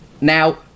Now